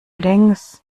links